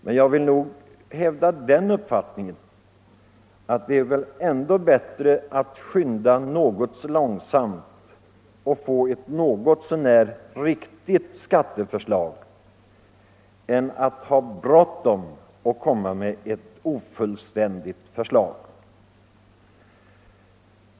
Men jag vill hävda den uppfattningen att det väl ändå är bättre att skynda något långsammare och få ett något så när riktigt skatteförslag än att ha bråttom och komma med ett ofullständigt förslag.